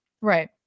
right